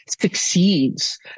succeeds